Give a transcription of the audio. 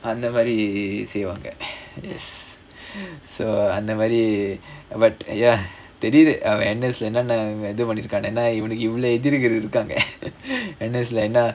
அந்தமாரி செய்வாங்க:anthamaari seivaanga yes so அந்தமாரி:anthamaari but ya தெரியுது அவன்:theriyuthu avan N_S leh என்னென்ன இது பண்ணீர்க்கானு ஏனா இவனுக்கு இவ்ளோ எதிரிகள் இருக்காங்க:ennennaa ithu panneerkkaanu yaenaa ivanukku ivlo ethirigal irukkaanga N_S leh